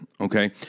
Okay